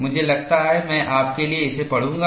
मुझे लगता है मैं आपके लिए इसे पढ़ूंगा